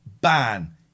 ban